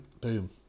Boom